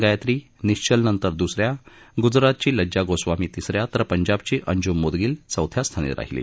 गायत्री निश्चलनंतर दुसऱ्या गुजरातची लज्जा गोस्वामी तिसऱ्या तर पंजाबची अंजूम मोदगील चौथ्या स्थानी राहीली